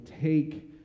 take